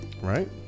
Right